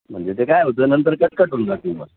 म्हणजे ते काय होतं नंतर कटकट करून जाते मग